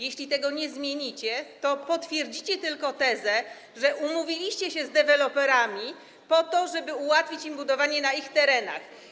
Jeśli tego nie zmienicie, to potwierdzicie tylko tezę, że umówiliście się z deweloperami po to, żeby ułatwić im budowanie na ich terenach.